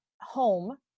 home